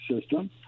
system